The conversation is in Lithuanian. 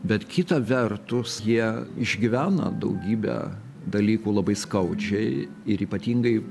bet kita vertus jie išgyvena daugybę dalykų labai skaudžiai ir ypatingai